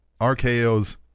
RKO's